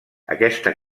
aquesta